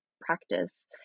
practice